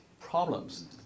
problems